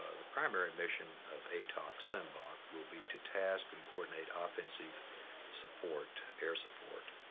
the primary mission of atoc sembach will be to task and coordinate offensive support, air support,